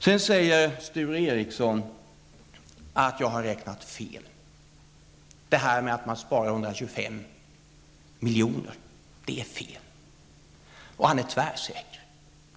Sedan säger Sture Ericson att jag har räknat fel när jag säger att man sparar 125 miljoner. Han är tvärsäker.